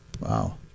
Wow